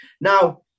Now